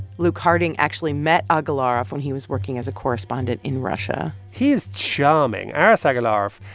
luke harding actually met agalarov when he was working as a correspondent in russia he is charming. aras agalarov,